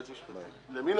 סיעת כולנו לא מיוצגת, סיעת